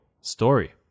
story